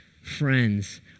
Friends